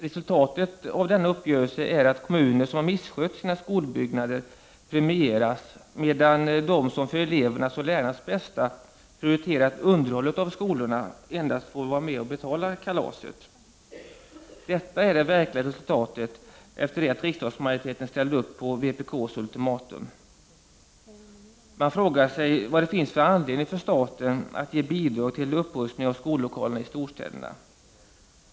Resultatet av denna uppgörelse är att kommuner som har misskött sina skolbyggnader premieras, medan de som för elevernas och lärarnas bästa har prioriterat underhållet av skolorna endast får vara med och betala kalaset. Detta är det verkliga resultatet efter det att riksdagsmajoriteten ställde upp på vpk:s ultimatum. Man frågar sig vad det finns för anledning för staten att ge bidrag till upprustningen av skollokalerna i storstäderna.